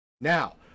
Now